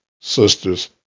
sister's